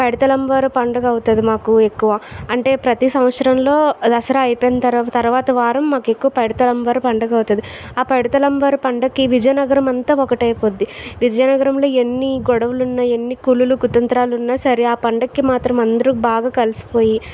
పైడితల్లమ్మవారు పండగ అవుతుంది మాకు ఎక్కువ అంటే ప్రతి సంవత్సరంలో దసరా అయిపోయిన తర్వాత వారం మాకు ఎక్కువ పైడితల్లి అమ్మవారు పండగ అవుతుంది ఆ పైడితల్లి అమ్మవారు పండగకి విజయనగరం అంతా ఒకటి అయిపోద్ది విజయనగరంలో ఎన్ని గొడవలు ఉన్నా ఎన్ని కుళ్ళులు కుతంత్రాలు ఉన్నా సరే ఆ పండక్కి మాత్రం అందరూ బాగా కలిసిపోయి